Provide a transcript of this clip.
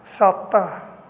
ਸੱਤ